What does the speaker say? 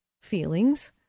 feelings